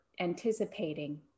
anticipating